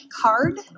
card